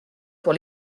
pour